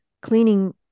cleaning